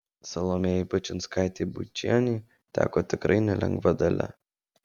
salomėjai bačinskaitei bučienei teko tikrai nelengva dalia